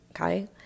okay